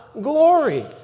glory